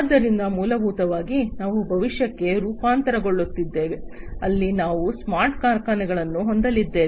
ಆದ್ದರಿಂದ ಮೂಲಭೂತವಾಗಿ ನಾವು ಭವಿಷ್ಯಕ್ಕೆ ರೂಪಾಂತರಗೊಳ್ಳುತ್ತಿದ್ದೇವೆ ಅಲ್ಲಿ ನಾವು ಸ್ಮಾರ್ಟ್ ಕಾರ್ಖಾನೆಗಳನ್ನು ಹೊಂದಲಿದ್ದೇವೆ